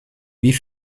wie